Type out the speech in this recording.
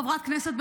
חברת כנסת,